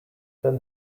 then